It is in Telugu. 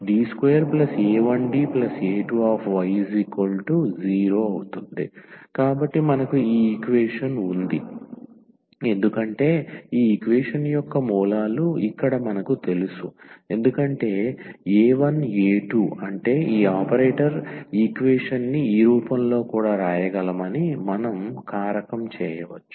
D2a1Da2y0 కాబట్టి మనకు ఈ ఈక్వేషన్ఉంది ఎందుకంటే ఈ ఈక్వేషన్ యొక్క మూలాలు ఇక్కడ మనకు తెలుసు ఎందుకంటే a1 a2 అంటే ఈ ఆపరేటర్ ఈక్వేషన్ ని ఈ రూపంలో కూడా వ్రాయగలమని మనం కారకం చేయవచ్చు